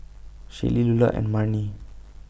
Shaylee Lular and Marni